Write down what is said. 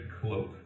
cloak